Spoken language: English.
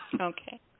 Okay